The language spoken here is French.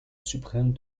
suprême